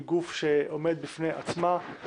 היא גוף שעומד בפני עצמו,